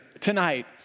tonight